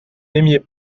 n’aimiez